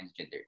transgender